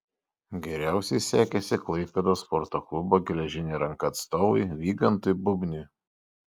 geriausiai sekėsi klaipėdos sporto klubo geležinė ranka atstovui vygantui bubniui